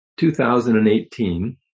2018